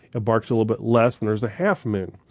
it barks a little bit less when there's a half moon,